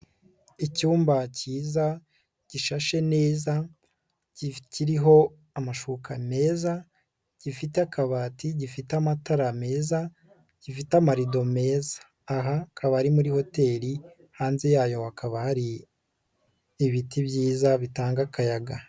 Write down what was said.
Icyumba cyiza, gishashe neza, kiriho amashuka meza, gifite akabati, gifite amatara meza, gifite amarido meza. Aha kaba ari muri hoteri, hanze yayo hakaba hari ibiti byiza bitanga akayaga.